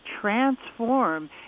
transform